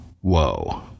Whoa